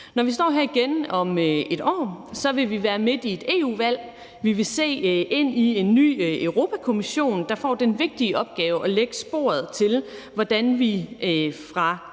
Når vi står her igen om et år, vil vi være midt i et EU-valg. Vi vil se ind i en ny Europa-Kommission, der får den vigtige opgave at lægge sporet til, hvordan vi fra